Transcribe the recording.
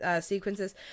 sequences